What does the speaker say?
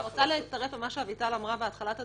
רוצה להצטרף למה שאביטל אמרה בהתחלת הדברים,